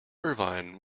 irvine